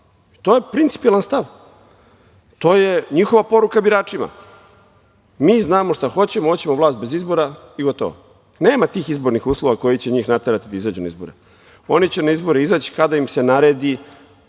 To je principijelan stav. To je njihova poruka biračima. Mi znamo šta hoćemo, hoćemo vlast bez izbora i gotovo. Nema tih izbornih uslova koji će njih naterati da izađu na izbore. Oni će na izbore izaći kada im se naredi